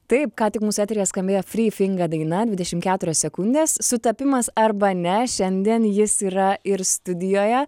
taip ką tik mūsų eteryje skambėjo frį finga daina dvidešim keturios sekundės sutapimas arba ne šiandien jis yra ir studijoje